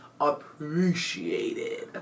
appreciated